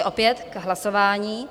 Opět k hlasování?